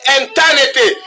eternity